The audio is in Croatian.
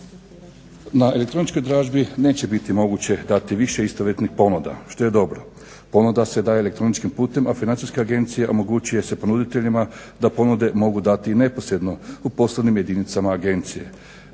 Na elektroničkoj dražbi neće biti moguće dati više istovjetnih ponuda, što je dobro. Ponuda se daje elektroničkim putem, a Financijska agencija omogućuje se ponuditeljima da ponude mogu dati neposredno u poslovnim jedinicama agencije.